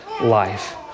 life